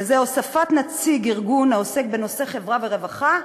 וזה הוספת נציג ארגון העוסק בנושאי חברה ורווחה,